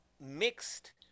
mixed